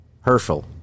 Herschel